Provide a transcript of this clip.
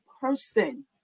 person